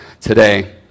today